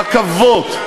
רכבות,